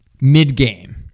Mid-game